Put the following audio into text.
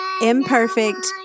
imperfect